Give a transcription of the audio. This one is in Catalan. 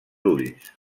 ulls